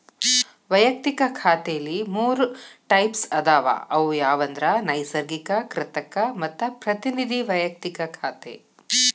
ವಯಕ್ತಿಕ ಖಾತೆಲಿ ಮೂರ್ ಟೈಪ್ಸ್ ಅದಾವ ಅವು ಯಾವಂದ್ರ ನೈಸರ್ಗಿಕ, ಕೃತಕ ಮತ್ತ ಪ್ರತಿನಿಧಿ ವೈಯಕ್ತಿಕ ಖಾತೆ